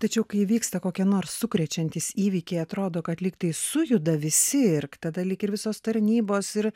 tačiau kai įvyksta kokie nors sukrečiantys įvykiai atrodo kad lygtai sujuda visi ir tada lyg ir visos tarnybos ir